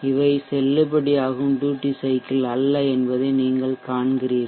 இவை செல்லுபடியாகும் duty cycle அல்ல என்பதை நீங்கள் காண்கிறீர்கள்